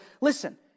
listen